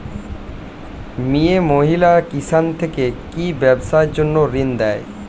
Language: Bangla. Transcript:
মিয়ে মহিলা কিষান থেকে কি ব্যবসার জন্য ঋন দেয়?